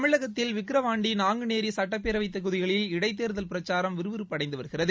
தமிழகத்தில் விக்ரவாண்டி நாங்குநேரி சுட்டப்பேரவைத் தொகுதிகளில் இடைத்தேர்தல் பிரச்சாரம் விறுவிறுப்பு அடைந்து வருகிறது